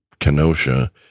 Kenosha